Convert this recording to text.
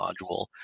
module